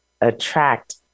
attract